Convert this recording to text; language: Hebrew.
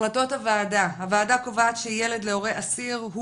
החלטות הוועדה: הוועדה קובעת שילד להורה אסיר הוא